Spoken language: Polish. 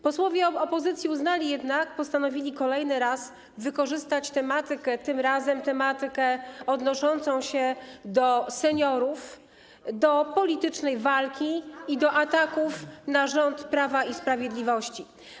Posłowie opozycji postanowili jednak kolejny raz wykorzystać tematykę, tym razem tematykę odnoszącą się do seniorów, do politycznej walki i do ataków na rząd Prawa i Sprawiedliwości.